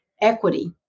equity